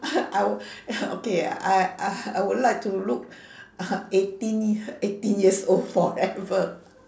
I would okay I I I would like to look eighteen eighteen years old forever